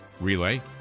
relay